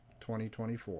2024